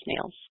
snails